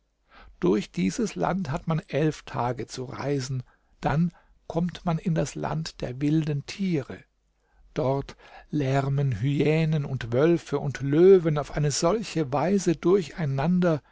durch dieses land hat man elf tage zu reisen dann kommt man in das land der wilden tiere dort lärmen hyänen und wölfe und löwen auf eine solche weise durcheinander